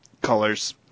colors